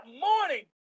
morning